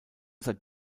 seit